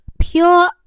pure